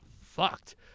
fucked